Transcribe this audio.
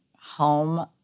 home